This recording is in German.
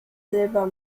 selber